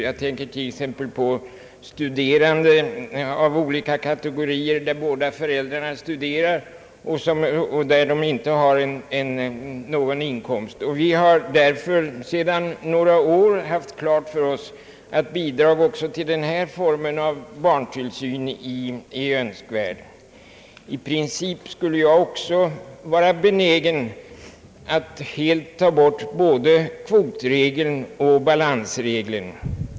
Jag tänker t.ex. på studerande av olika kategorier i de fall då båda föräldrarna studerar och inte har någon inkomst. Vi har sedan några år haft klart för oss att bidrag också till denna form av barntillsyn är önskvärd. I princip skulle jag också vara benägen att helt ta bort både kvotregeln och balansregeln.